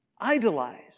idolize